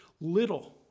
little